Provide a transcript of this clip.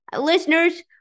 listeners